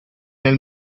nel